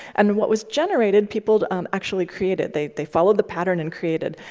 and what was generated, peopled um actually created. they they followed the pattern and created.